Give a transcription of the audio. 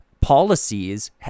policies